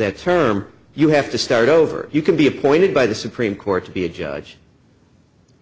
that term you have to start over you can be appointed by the supreme court to be a judge